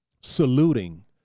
saluting